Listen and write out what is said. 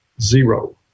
zero